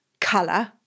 colour